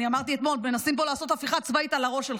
אמרתי אתמול שמנסים פה לעשות הפיכה צבאית על הראש שלך.